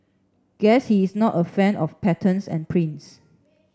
guess he's not a fan of patterns and prints